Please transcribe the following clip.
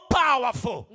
powerful